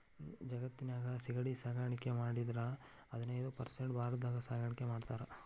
ಜಗತ್ತಿನ್ಯಾಗ ಸಿಗಡಿ ಸಾಕಾಣಿಕೆ ಮಾಡೋದ್ರಾಗ ಹದಿನೈದ್ ಪರ್ಸೆಂಟ್ ಭಾರತದಾಗ ಸಾಕಾಣಿಕೆ ಮಾಡ್ತಾರ